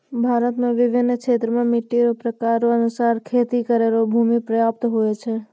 भारत मे बिभिन्न क्षेत्र मे मट्टी रो प्रकार रो अनुसार खेती करै रो भूमी प्रयाप्त हुवै छै